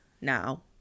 now